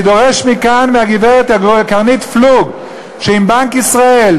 אני דורש מכאן מהגברת קרנית פלוג מבנק ישראל,